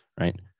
Right